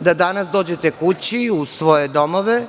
Da danas dođete kući u svoje domove